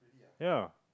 ya